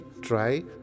try